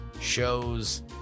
show's